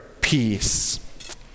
peace